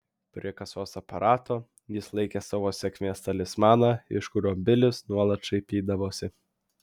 prie kasos aparato jis laikė savo sėkmės talismaną iš kurio bilis nuolat šaipydavosi